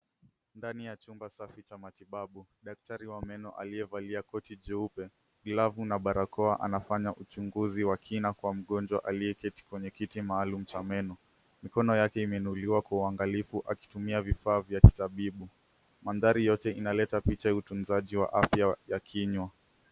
Ndani ya chumba safi cha matibabu, daktari wa meno aliyevalia koti jeupe, glavu na barakoa, anafanya uchunguzi wa kina kwa mgonjwa aliyeketi kwenye kiti maalum cha meno. Mikono yake imeinuliwa kwa uangalifu akitumia vifaa vya kitabibu. Mandhari yote inaleta picha ya utunzaji wa afya ya kinywa.